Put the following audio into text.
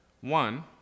One